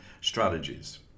strategies